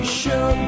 show